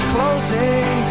Closing